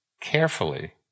carefully